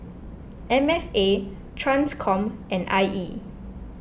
M F A Transcom and I E